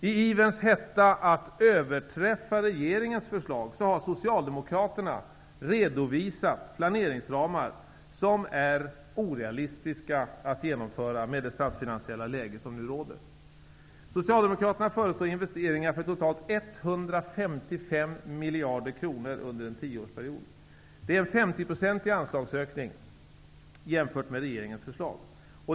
I ivern att överträffa regeringens förslag har Socialdemokraterna redovisat planeringsramar som är orealistiska att genomföra med det statsfinansiella läge som nu råder. Socialdemokraterna föreslår investeringar för totalt 155 miljarder kronor under en tioårsperiod. Det är en 50-procentig anslagsökning jämfört med regeringens förslag.